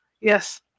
yes